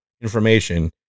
information